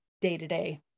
day-to-day